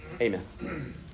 amen